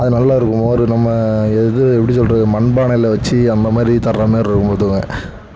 அது நல்லாயிருக்கும் மோர் நம்ம இது எப்படி சொல்கிறது மண்பானையில வச்சு அந்தமாதிரி தரமாரிருக்கும் பார்த்துக்கோங்க